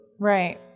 Right